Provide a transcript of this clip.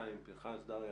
פנחס ודריה,